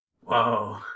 Whoa